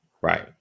Right